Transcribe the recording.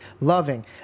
loving